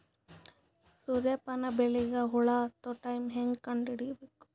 ಸೂರ್ಯ ಪಾನ ಬೆಳಿಗ ಹುಳ ಹತ್ತೊ ಟೈಮ ಹೇಂಗ ಕಂಡ ಹಿಡಿಯಬೇಕು?